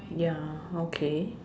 ya okay